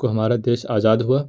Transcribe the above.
کو ہمارا دیش آزاد ہوا